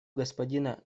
господина